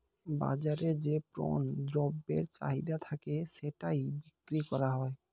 বাজারে যে পণ্য দ্রব্যের চাহিদা থাকে সেটাই বিক্রি করা হয়